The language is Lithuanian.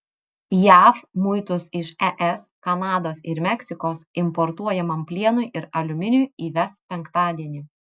jav muitus iš es kanados ir meksikos importuojamam plienui ir aliuminiui įves penktadienį